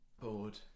bored